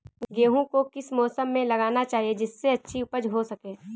गेहूँ को किस मौसम में लगाना चाहिए जिससे अच्छी उपज हो सके?